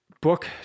book